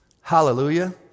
hallelujah